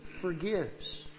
forgives